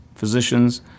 physicians